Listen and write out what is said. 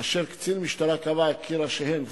אשר קצין משטרה קבע כי ראשיהן,